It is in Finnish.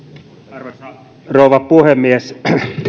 arvoisa rouva puhemies